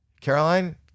Caroline